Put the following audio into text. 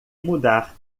mudar